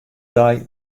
dei